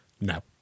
No